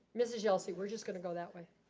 mrs. yelsey. we're just gonna go that way.